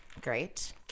Great